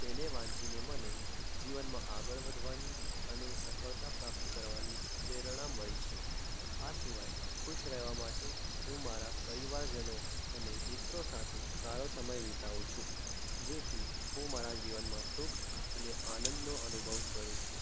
તેને વાંચીને મને જીવનમાં આગળ વધવાની અને સફળતા પ્રાપ્ત કરવાની પ્રેરણા મળી છે આ સિવાય ખુશ રહેવા માટે હું મારા પરિવારજનો અને મિત્રો સાથે સારો સમય વિતાવું છું જેથી હું મારા જીવનમાં સુખ અને આનંદનો અનુભવ કરું છું